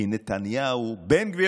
כי נתניהו, אומר בן גביר,